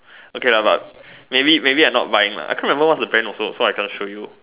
okay lah but maybe maybe I not buying lah I can't remember what's the brand also so I cannot show you